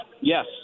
Yes